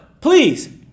please